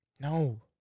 No